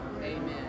Amen